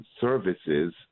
services